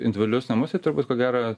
individualius namus tai turbūt ko gero